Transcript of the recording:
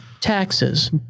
taxes